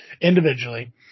individually